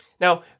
Now